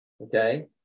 Okay